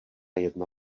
jedna